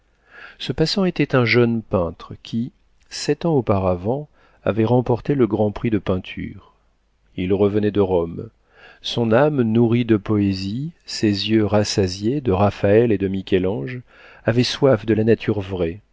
ce passant était un jeune peintre qui sept ans auparavant avait remporté le grand prix de peinture il revenait de rome son âme nourrie de poésie ses yeux rassasiés de raphaël et de michel-ange avaient soif de la nature vraie